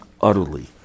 utterly